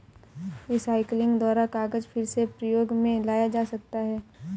recycling द्वारा कागज फिर से प्रयोग मे लाया जा सकता है